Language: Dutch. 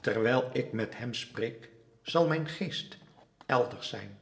terwijl ik met hem spreek zal mijn geest elders zijn